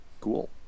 Cool